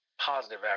positive